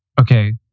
Okay